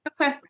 okay